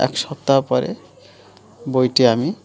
এক সপ্তাহ পরে বইটি আমি